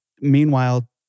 Meanwhile